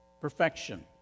Perfection